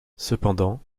cependant